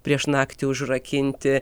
prieš naktį užrakinti